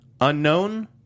Unknown